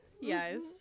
yes